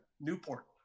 Newport